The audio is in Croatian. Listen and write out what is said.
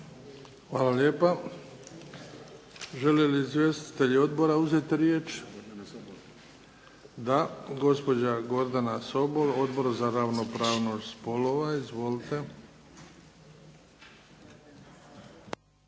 Hvala lijepa. Žele li izvjestitelji odbora uzeti riječ? Da. Gospođa Gordana Sobol Odbor za ravnopravnost spolova. Izvolite.